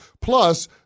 Plus